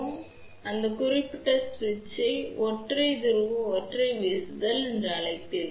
எனவே அந்த குறிப்பிட்ட சுவிட்சை ஒற்றை துருவ ஒற்றை வீசுதல் சரி என்று அழைப்பீர்கள்